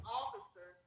officer